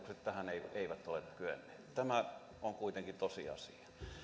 hallitukset tähän eivät ole kyenneet tämä on kuitenkin tosiasia